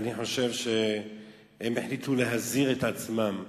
אני חושב שהם החליטו להזיר את עצמם.